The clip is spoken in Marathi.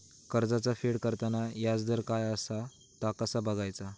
कर्जाचा फेड करताना याजदर काय असा ता कसा बगायचा?